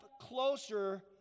closer